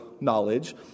knowledge